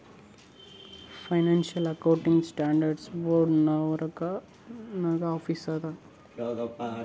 financial accounting standard board ನಾರ್ವಾಕ್ ನಾಗ್ office ಅದಾ